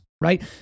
Right